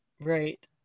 Right